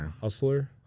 Hustler